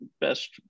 best